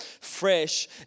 fresh